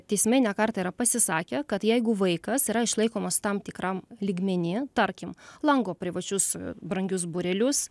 teismai ne kartą yra pasisakę kad jeigu vaikas yra išlaikomas tam tikram lygmeny tarkim lanko privačius brangius būrelius